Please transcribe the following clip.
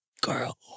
Girl